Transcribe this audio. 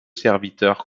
serviteurs